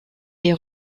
est